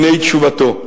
הנה תשובתו: